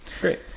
Great